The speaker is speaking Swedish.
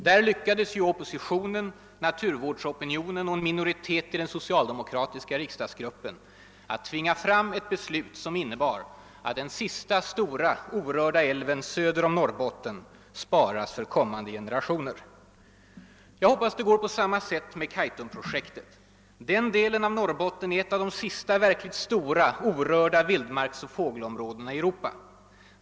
Där lyckades ju oppositionen, naturvårdsopinionen och en minoritet i den socialdemokratiska riksdagsgruppen tvinga fram ett beslut som innebar att den sista stora orörda älven söder om Norrbotten sparas för kommande generationer. Jag hoppas det går på samma sätt med Kaitumprojektet. Den delen av Norrbotten är ett av de sista verkligt stora, orörda vildmarksoch fågelområdena i Europa.